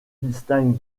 distingue